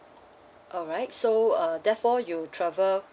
alright so uh therefore you travel